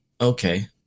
okay